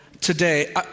today